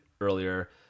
earlier